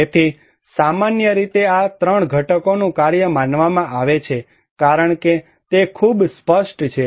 તેથી સામાન્ય રીતે આપત્તિ આ 3 ઘટકોનું કાર્ય માનવામાં આવે છે કારણ કે તે ખૂબ સ્પષ્ટ છે